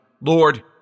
Lord